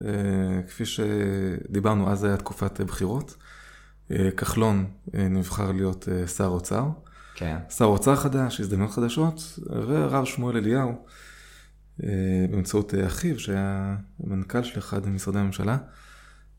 כפי שדיברנו, אז הייתה תקופת בחירות, כחלון נבחר להיות שר אוצר, שר אוצר חדש, הזדמנות חדשות, הרב שמואל אליהו, באמצעות אחיו שהיה מנכל של אחד ממשרדי הממשלה,